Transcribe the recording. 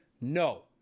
no